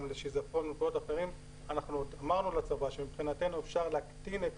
לשיזפון ולמקומות אחרים אנחנו אמרנו לצבא שמבחינתנו אפשר להקטין את